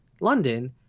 London